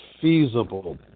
feasible